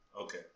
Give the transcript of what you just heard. Okay